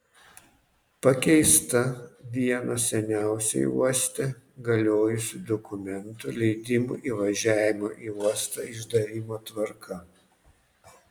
pakeista vieno seniausiai uoste galiojusių dokumentų leidimų įvažiavimo į uostą išdavimo tvarka